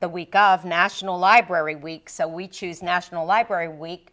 the week of national library week so we choose national library week